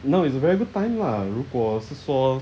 no it's a very good time lah 如果是说